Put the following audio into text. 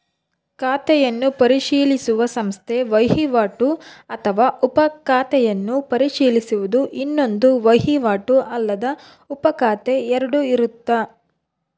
ಖಾತೆಯನ್ನು ಪರಿಶೀಲಿಸುವ ಸಂಸ್ಥೆ ವಹಿವಾಟು ಅಥವಾ ಉಪ ಖಾತೆಯನ್ನು ಪರಿಶೀಲಿಸುವುದು ಇನ್ನೊಂದು ವಹಿವಾಟು ಅಲ್ಲದ ಉಪಖಾತೆ ಎರಡು ಇರುತ್ತ